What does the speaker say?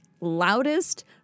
Loudest